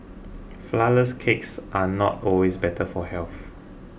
Flourless Cakes are not always better for health